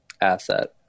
asset